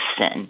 sin